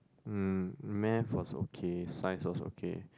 um math was okay science was okay